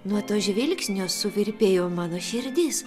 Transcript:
nuo to žvilgsnio suvirpėjo mano širdis